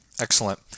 Excellent